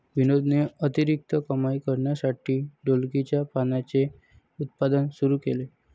विनोदने अतिरिक्त कमाई करण्यासाठी ढोलकीच्या पानांचे उत्पादन सुरू केले